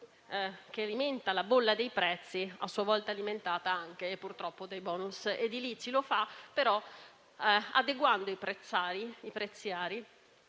che alimenta la bolla dei prezzi, a sua volta alimentata anche e purtroppo dai bonus edilizi. Lo fa però adeguando i prezzari